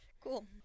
cool